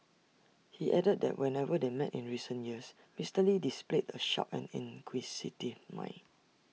he added that whenever they met in recent years Mister lee displayed A sharp and inquisitive mind